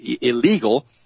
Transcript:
illegal